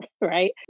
right